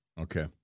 Okay